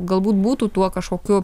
galbūt būtų tuo kažkokiu